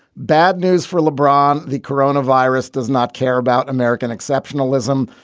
bad news for lebron. the corona virus does not care about american exceptionalism.